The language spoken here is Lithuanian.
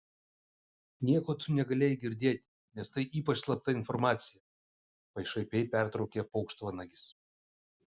nieko tu negalėjai girdėti nes tai ypač slapta informacija pašaipiai pertraukė paukštvanagis